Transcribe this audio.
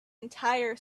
entire